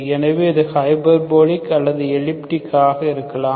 எனவே அது ஹைபர்போலிக் அல்லது எலிப்டிக் ஆக இருக்கலாம்